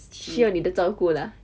需要你的照顾啦